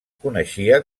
coneixia